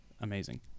amazing